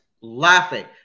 laughing